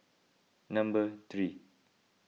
number three